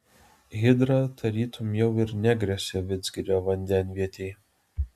hidra tarytum jau ir negresia vidzgirio vandenvietei